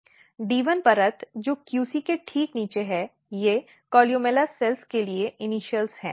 D 1 परत जो QC के ठीक नीचे है ये कोलुमेला कोशिकाओं के लिए इनिशॅल हैं